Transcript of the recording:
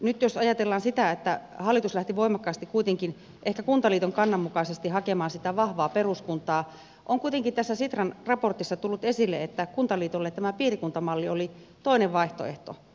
nyt jos ajatellaan sitä että hallitus lähti voimakkaasti ehkä kuntaliiton kannan mukaisesti hakemaan sitä vahvaa peruskuntaa niin kuitenkin tässä sitran raportissa on tullut esille että kuntaliitolle tämä piirikuntamalli oli toinen vaihtoehto